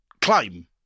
climb